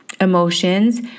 emotions